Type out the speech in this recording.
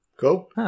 Cool